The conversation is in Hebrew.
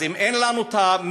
אז אם אין לנו המצ'ינג,